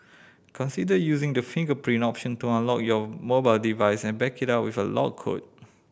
consider using the fingerprint option to unlock your mobile device and back it up with a lock code